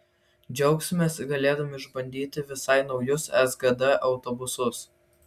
džiaugsimės galėdami išbandyti visai naujus sgd autobusus